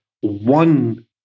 one